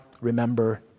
remember